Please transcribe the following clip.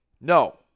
No